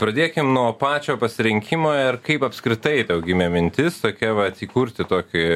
pradėkim nuo pačio pasirinkimo ir kaip apskritai gimė mintis tokia vat įkurti tokį